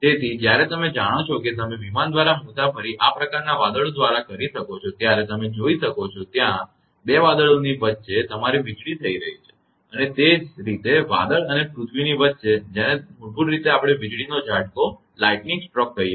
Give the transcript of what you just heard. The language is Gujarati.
તેથી જ્યારે તમે જાણો છો કે તમે વિમાન દ્વારા મુસાફરી આ પ્રકારના વાદળ દ્વારા કરી શકો છો ત્યારે તમે જોઈ શકો છો કે ત્યાં 2 વાદળોની વચ્ચે તમારી વીજળી થઇ રહી છે અને તે જ રીતે તે વાદળ અને પૃથ્વીની વચ્ચે છે જેને મૂળભૂત રૂપે આપણે વીજળીનો ઝાંટકો કહીએ છીએ